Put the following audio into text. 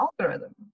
algorithm